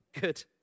Good